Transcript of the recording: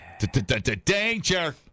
-danger